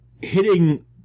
hitting